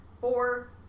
Four